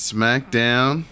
SmackDown